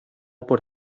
por